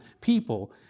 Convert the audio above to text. people